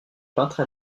peintre